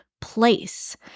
place